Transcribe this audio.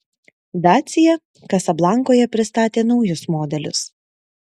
dacia kasablankoje pristatė naujus modelius